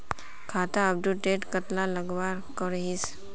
खाता अपटूडेट कतला लगवार करोहीस?